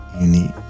unique